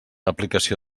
aplicació